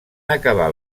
acabar